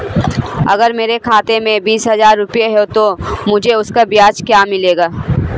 अगर मेरे खाते में बीस हज़ार रुपये हैं तो मुझे उसका ब्याज क्या मिलेगा?